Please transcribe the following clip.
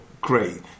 great